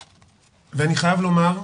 אני חייב לומר התביישתי.